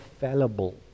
fallible